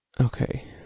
okay